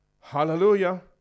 Hallelujah